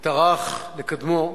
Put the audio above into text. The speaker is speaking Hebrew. וטרח לקדמו,